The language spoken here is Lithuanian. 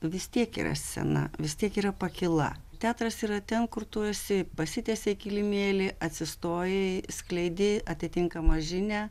vis tiek yra scena vis tiek yra pakyla teatras yra ten kur tu esi pasitiesei kilimėlį atsistojai skleidi atitinkamą žinią